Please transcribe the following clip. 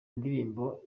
indirimbo